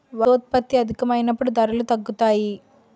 వస్తోత్పత్తి అధికమైనప్పుడు ధరలు తగ్గుతాయి